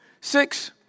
Six